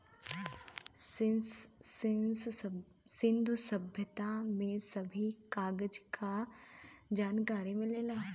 सिंन्धु सभ्यता में भी कागज क जनकारी मिलेला